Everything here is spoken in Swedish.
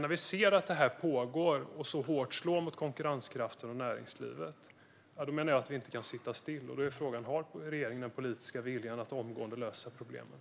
När vi ser att det pågår och slår så hårt mot konkurrenskraften och näringslivet menar jag att vi inte kan sitta still. Frågan är då: Har regeringen den politiska viljan att omgående lösa problemen?